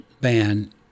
ban